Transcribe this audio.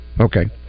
Okay